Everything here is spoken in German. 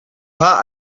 paar